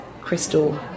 crystal